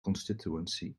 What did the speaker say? constituency